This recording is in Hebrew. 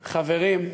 חברים,